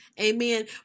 Amen